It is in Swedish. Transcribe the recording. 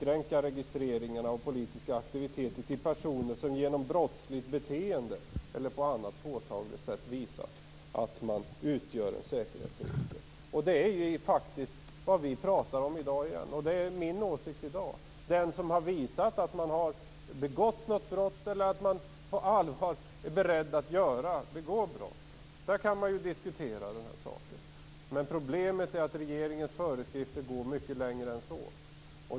Registreringen av politiska aktiviteter borde inskränkas till personer som genom brottsligt beteende eller på annat påtagligt sätt visat att de utgör en säkerhetsrisk. Det är faktiskt det som vi diskuterar i dag igen. Det är min åsikt i dag att i det fall att någon har visat att han eller hon har begått ett brott eller på allvar är beredd att begå brott kan man diskutera saken. Men problemet är att regeringens föreskrifter går mycket längre än så.